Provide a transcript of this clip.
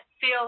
feel